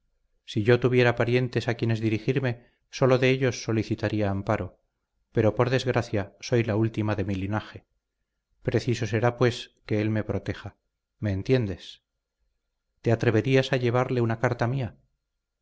si yo tuviera parientes a quienes dirigirme sólo de ellos solicitaría amparo pero por desgracia soy la última de mi linaje preciso será pues que él me proteja me entiendes te atreverías a llevarle una carta mía